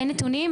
אין נתונים?